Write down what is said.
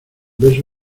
beso